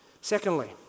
Secondly